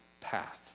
path